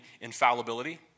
infallibility